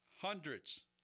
hundreds